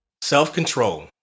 Self-Control